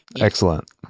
Excellent